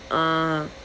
uh